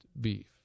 beef